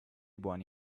buoni